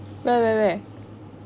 wait wait wait